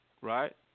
right